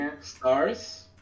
stars